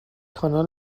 کانال